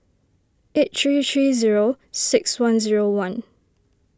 eight three three zero six one zero one